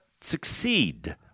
succeed